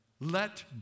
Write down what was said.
let